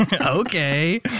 Okay